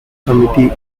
committee